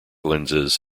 lenses